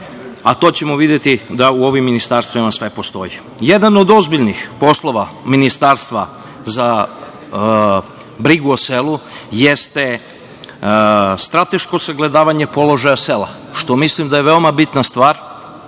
a to ćemo videti da u ovim ministarstvima sve postoji. Jedan od ozbiljnih poslova ministarstva za brigu o selu jeste strateško sagledavanje položaja sela, što mislim da je veoma bitna stvar,